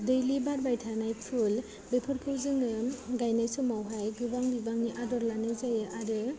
दैलि बारबाय थानाय फुल बेफोरखौ जोङो गायनाय समावहाय गोबां बिबांनि आदर लानाय जायो आरो